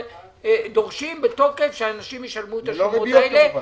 אנחנו דורשים בתוקף שאנשים ישלמו את השומות האלה,